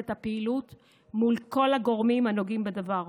את הפעילות מול כל הגורמים הנוגעים בדבר.